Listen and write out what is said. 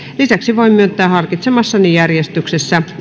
lisäksi voin myöntää harkitsemassani järjestyksessä